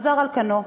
חזר על כנו.